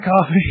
coffee